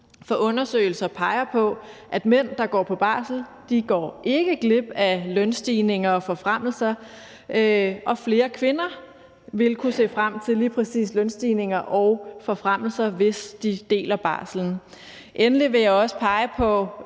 undersøgelser peger på, at mænd, der går på barsel, ikke går glip af lønstigninger og forfremmelser, og flere kvinder vil kunne se frem til lige præcis lønstigninger og forfremmelser, hvis de deler barslen. Endelig vil jeg også pege på